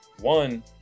One